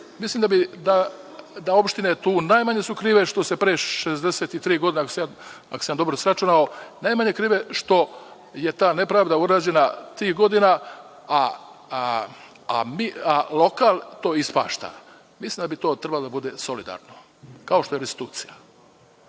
Mislim da su opštine tu najmanje krive što se pre 63 godine, ako sam dobro sračunao, što je ta nepravda urađena tih godina, a lokal tu ispašta. Mislim da bi to trebalo da bude solidarno, kao što je restitucija. Da